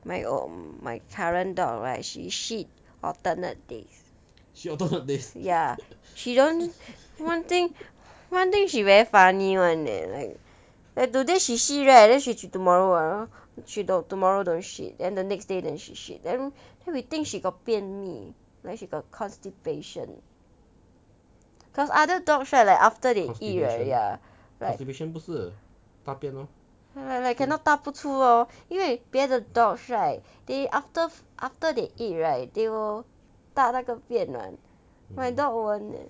my my current dog right she shit alternate days ya she don't one thing one day she very funny [one] leh like today she shit right then tomorrow tomorrow she don't shit then the next day then she shit then then we think she got 便秘 like she got constipation cause other dogs right like after they eat like cannot 大不出 lor 因为别的 dogs day after after they eat right they will 大那个便 [what] my dog won't leh